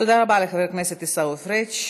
תודה רבה לחבר הכנסת עיסאווי פריג'.